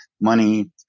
money